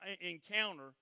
encounter